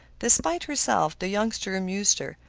despite herself, the youngster amused her.